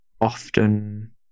often